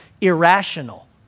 irrational